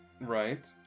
Right